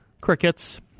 crickets